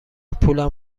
پولم